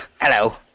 Hello